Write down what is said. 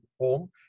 home